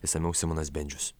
išsamiau simonas bendžius